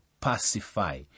pacify